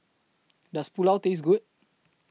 Does Pulao Taste Good